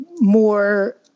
more